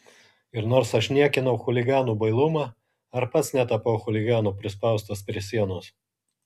ir nors aš niekinau chuliganų bailumą ar pats netapau chuliganu prispaustas prie sienos